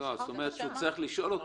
זאת אומרת, הוא צריך לשאול אותה.